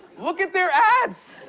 look at their ads.